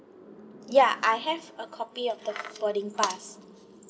ya I have a copy of the boarding pass